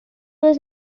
was